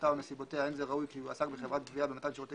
חומרתה או נסיבותיה אין זה ראוי כי יועסק בחברת גבייה במתן שירותי